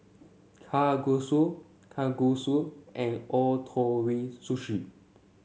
Kalguksu Kalguksu and Ootoro Sushi